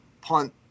punt